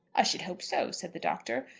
i should hope so, said the doctor.